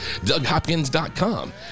DougHopkins.com